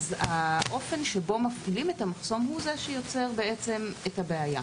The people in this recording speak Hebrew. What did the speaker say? האופן שבו מפעילים את המחסום הוא זה שיוצר את הבעיה.